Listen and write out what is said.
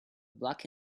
black